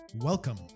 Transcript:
Welcome